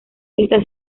está